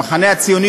המחנה הציוני,